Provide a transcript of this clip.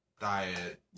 diet